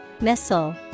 missile